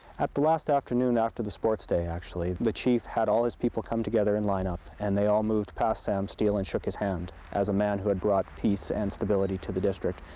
at the last afternoon after the sports day actually, the chief had all his people come together and line up and they all moved past sam steele and shook his hand as a man who had brought peace and stability to the district.